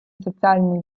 соціальні